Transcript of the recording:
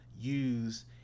use